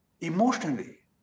emotionally